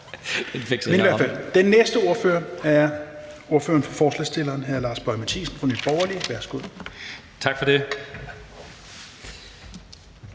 Den næste taler er ordføreren for forslagsstillerne, hr. Lars Boje Mathiesen fra Nye Borgerlige. Værsgo. Kl.